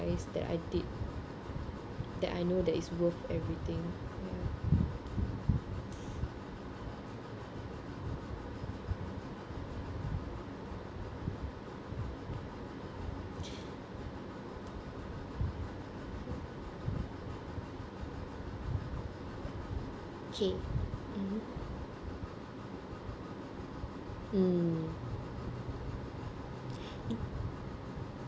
that I did that I know that is worth everything ya K mmhmm mm